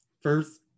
First